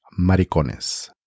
Maricones